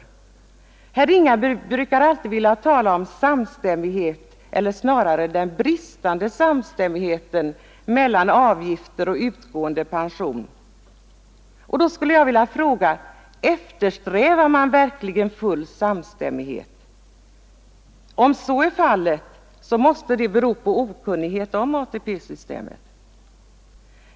fps Herr Ringaby brukar alltid vilja tala om samstämmighet eller snarare Rätt till allmän tillom bristande samstämmighet mellan avgifter och utgående pension. Då läggspension för skulle jag vilja fråga: Eftersträvar man verkligen full samstämmighet? Om /emarbetande make så är fallet måste det bero på okunnighet om ATP-systemet.